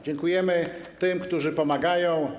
Dziękujemy tym, którzy pomagają.